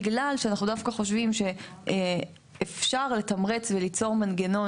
בגלל שאנחנו דווקא חושבים שאפשר לתמרץ וליצור מנגנון,